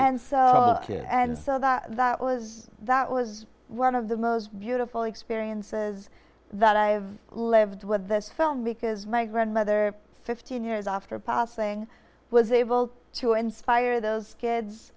and so and so that that was that was one of the most beautiful experiences that i have left with this film because my grandmother fifteen years after passing was able to inspire those kids